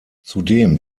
zudem